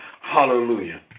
Hallelujah